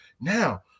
Now